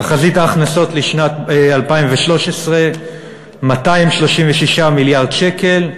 תחזית ההכנסות לשנת 2013 היא 236 מיליארד שקל,